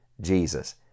Jesus